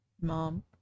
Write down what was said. mom